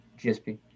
GSP